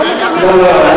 אני לא מבינה.